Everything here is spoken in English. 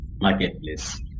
marketplace